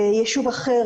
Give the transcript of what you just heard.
ביישוב אחר,